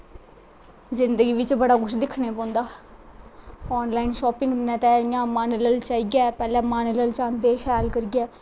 जिन्दगी बिच्च बड़ा कुछ दिक्खने पौंदा ऑन लाईन सापिंग ने ते 'इयां मन ललचाइयै पैह्ले मन ललचांदे शैल करियै